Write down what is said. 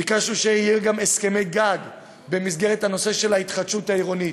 ביקשנו שיהיו גם הסכמי גג במסגרת הנושא של ההתחדשות העירונית,